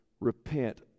repent